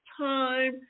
time